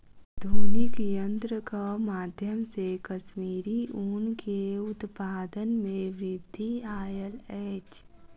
आधुनिक यंत्रक माध्यम से कश्मीरी ऊन के उत्पादन में वृद्धि आयल अछि